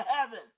heaven